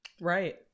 Right